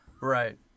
Right